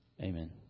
Amen